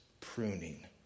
pruning